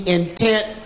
intent